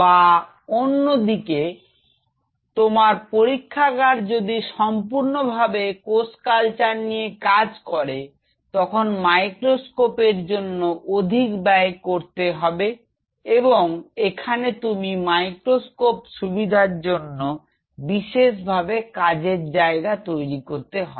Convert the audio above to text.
বা অন্যদিকে তোমার পরীক্ষাগার যদি সম্পূর্ণভাবে কোষ কালচার নিয়ে কাজ করে তখন মাইক্রোস্কোপ এর জন্য অধিক ব্যয় করতে হবে এবং এখানে তুমি মাইক্রোস্কোপ সুবিধার জন্য বিশেষভাবে কাজের জায়গা তৈরি করতে হবে